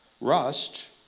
Rust